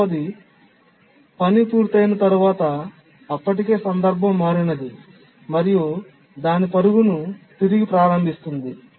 రెండవది విధి పూర్తయిన తర్వాత అప్పటికే సందర్భం మారినది మరియు దాని పరుగును తిరిగి ప్రారంభిస్తుంది